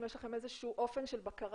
אם יש לכם אופן בקרה